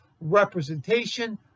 representation